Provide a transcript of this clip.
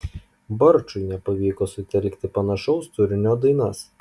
barčui nepavyko sutelkti panašaus turinio dainas